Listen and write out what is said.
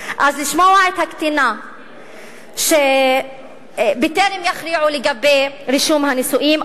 לשמוע את הקטינה בטרם יכריעו לגבי רישום הנישואין,